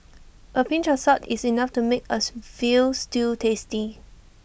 A pinch of salt is enough to make as Veal Stew tasty